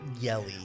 yelly